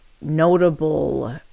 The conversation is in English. notable